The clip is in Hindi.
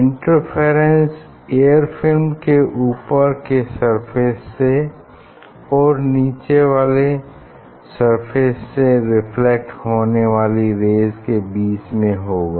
इंटरफेरेंस एयर फिल्म के ऊपर के सरफेस से और नीचे वाले सरफेस से रिफ्लेक्ट होने वाली रेज़ के बीच में होगा